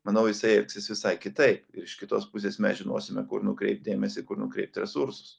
manau jisai elgsis visai kitaip ir iš kitos pusės mes žinosime kur nukreipt dėmesį kur nukreipt resursus